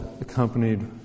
accompanied